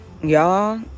y'all